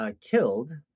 killed